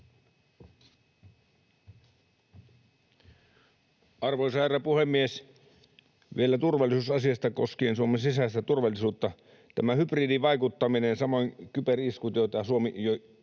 Arvoisa herra puhemies! Vielä turvallisuusasiasta koskien Suomen sisäistä turvallisuutta. Tämä hybridivaikuttaminen, samoin kyberiskut, joita Suomikin